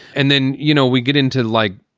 and then, you know, we get into, like,